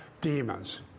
demons